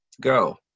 go